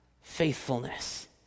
faithfulness